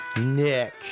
Nick